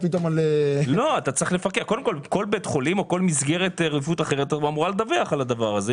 כל בית חולים או כל מסגרת רפואית אחרת אמורה לדווח על זה.